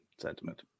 sentiment